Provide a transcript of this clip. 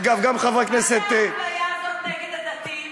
אגב, גם חבר הכנסת, מה האפליה הזאת נגד הדתיים?